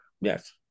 Yes